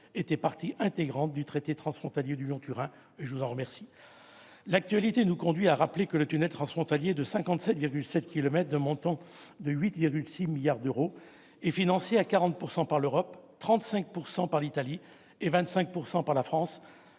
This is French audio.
faisaient partie intégrante du traité transfrontalier relatif au Lyon-Turin ; je vous en remercie. L'actualité nous conduit à rappeler que le tunnel transfrontalier de 57,7 kilomètres, d'un coût de 8,6 milliards d'euros, est financé à 40 % par l'Europe, à 35 % par l'Italie et à 25 % par la France,